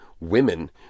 women